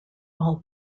all